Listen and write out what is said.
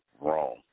wrong